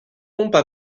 pompes